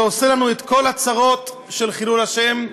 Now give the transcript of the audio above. שעושה לנו את כל הצרות של חילול השם.